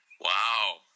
Wow